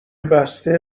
بسته